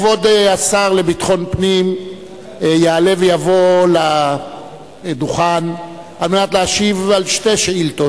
כבוד השר לביטחון פנים יעלה ויבוא לדוכן על מנת להשיב על שתי שאילתות.